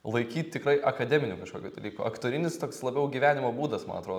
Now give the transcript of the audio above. laikyt tikrai akademiniu kažkokio dalyko aktorinis toks labiau gyvenimo būdas man atro